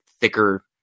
thicker